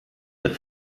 der